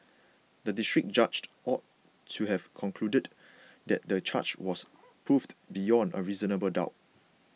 the District Judged ought to have concluded that the charge was proved beyond a reasonable doubt